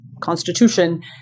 constitution